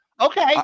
Okay